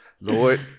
Lord